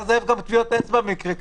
אפשר לזייף גם טביעות אצבע במקרים כאלה.